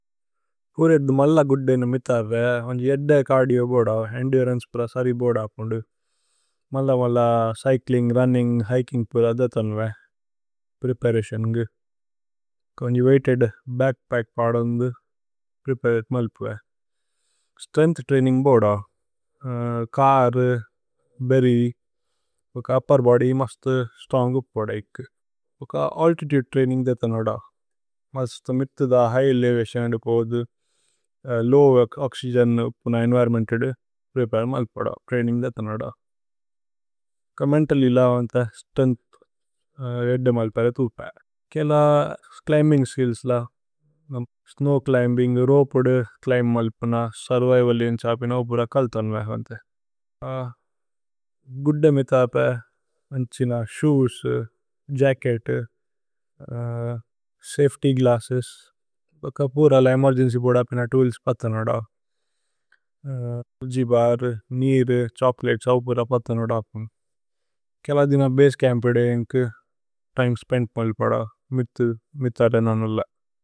പുര ഇധു മല്ല ഗൂദ് ദയ്നു മിഥ അര്രേ। വന്ഛി ഏദ്ദ ചര്ദിഓ ബോദ ഏന്ദുരന്ചേ പുര। സരി ബോദ മല്ല മല്ല ച്യ്ച്ലിന്ഗ് രുന്നിന്ഗ്। ഹികിന്ഗ് പുര ദേഥനു വേ പ്രേപരതിഓന്കു। വന്ഛി വേഇഘ്തേദ് ബച്ക്പച്ക് പദു അന്ധു। മല്പു വേ സ്ത്രേന്ഗ്ഥ് ത്രൈനിന്ഗ് ബോദ ഛര്। ബേരി ഉപ്പേര് ബോദ്യ് മസ്തു സ്ത്രോന്ഗ് ഉപ് കോദൈകു। അല്തിതുദേ ത്രൈനിന്ഗ് ദേഥനു ബോദ മസ്തു। മിത്തു ദ ഹിഘ് ഏലേവതിഓന് അദു ബോദു ലോവ്। ഓക്സ്യ്ഗേന് പുന ഏന്വിരോന്മേന്ത് ഏദു പ്രേപരേ। മല്പു ബോദ ത്രൈനിന്ഗ് ദേഥനു ബോദ। ഛോമ്മേന്തല്ലില വന്തേ। സ്ത്രേന്ഗ്ഥ് ഏദ്ദ മല്പേര തുപേ കേല। ച്ലിമ്ബിന്ഗ് സ്കില്ല്സ് ല സ്നോവ് ച്ലിമ്ബിന്ഗ്। രോപേ പുദ ഛ്ലിമ്ബ് മല്പുന സുര്വിവല്। ഏന്ഛാപിന ഓ പുര കല്ഥനു വേ വന്തേ। ഗുദ്ദേ മിഥ പേ വന്ഛിന। ശോഏസ് ജച്കേത് സഫേത്യ് ഗ്ലസ്സേസ് ഭക പുര। ല ഏമേര്ഗേന്ച്യ് പുദ അപിന തൂല്സ് പഥനു। വദ അല്ഗഏ ബര് നീര് ഛോചോലതേസ് പുര। പഥനു വദ കേല ദിന ബസേ ചമ്പ് ഏദ്ദേ। ഏന്കു തിമേ സ്പേന്ത് മല്പദ। മിഥ അര്രേ നനു ല।